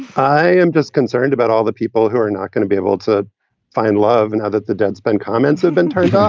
i am just concerned about all the people who are not going to be able to find love and that the deadspin comments have been turned ah